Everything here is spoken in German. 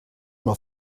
nur